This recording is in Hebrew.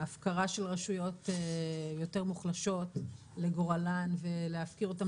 ההפקרה של רשויות יותר מוחלשות לגורלן ולהפקיר אותן